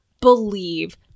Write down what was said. believe